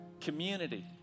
Community